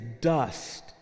dust